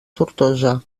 tortosa